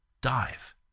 dive